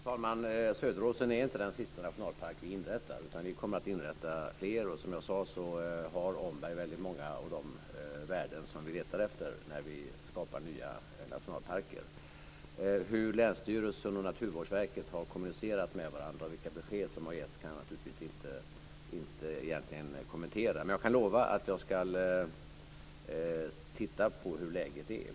Fru talman! Söderåsen är inte den sista nationalpark som inrättas. Vi kommer att inrätta flera, och som jag sade har Omberg väldigt många av de värden som vi söker när vi skapar nya nationalparker. Hur länsstyrelsen och Naturvårdsverket har kommunicerat med varandra och vilka besked som har getts kan jag naturligtvis inte kommentera. Men jag kan lova att jag ska titta på hur läget är.